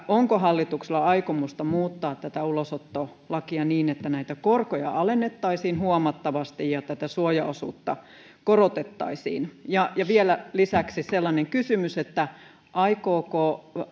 onko hallituksella aikomusta muuttaa tätä ulosottolakia niin että näitä korkoja alennettaisiin huomattavasti ja tätä suojaosuutta korotettaisiin vielä lisäksi sellainen kysymys aikooko